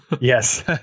Yes